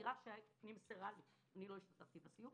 שמהסקירה שנמסרה לי אני לא השתתפתי בסיור